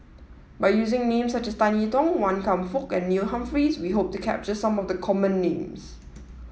by using names such as Tan I Tong Wan Kam Fook and Neil Humphreys we hope to capture some of the common names